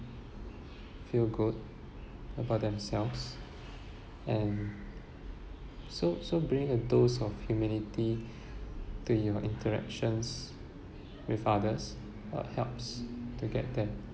feel good about themselves and so so bringing a dose of humility the your interactions with others uh helps to get them